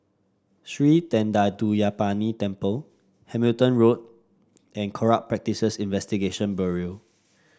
Sri Thendayuthapani Temple Hamilton Road and Corrupt Practices Investigation Bureau